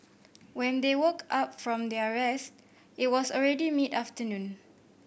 when they woke up from their rest it was already mid afternoon